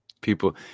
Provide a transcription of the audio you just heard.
People